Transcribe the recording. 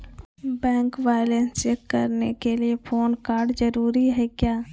Bank balance check करने के लिए पैन कार्ड जरूरी है क्या?